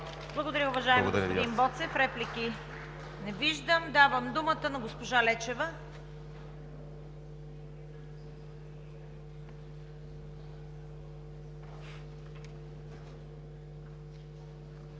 Благодаря, уважаеми господин Боцев. Реплики? Не виждам. Давам думата на госпожа Лечева.